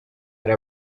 hari